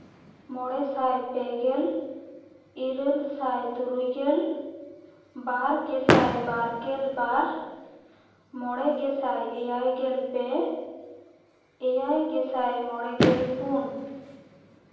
ᱢᱚᱬᱮ ᱥᱟᱭ ᱯᱮᱜᱮᱞ ᱤᱨᱟᱹᱞ ᱥᱟᱭ ᱛᱩᱨᱩᱭ ᱜᱮᱞ ᱵᱟᱨ ᱜᱮᱥᱟᱭ ᱵᱟᱨ ᱜᱮᱞ ᱵᱟᱨ ᱢᱚᱬᱮ ᱜᱮᱭᱟᱭ ᱮᱭᱟᱭ ᱜᱮᱞ ᱯᱮ ᱮᱭᱟᱭ ᱜᱮᱥᱟᱭ ᱢᱚᱬᱮ ᱜᱮᱞ ᱯᱩᱱ